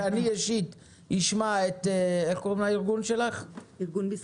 שאני אישית אשמע את ארגון "בזכות"